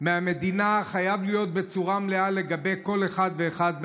מהמדינה חייבות להיות בצורה מלאה לגבי כל אחד ואחד,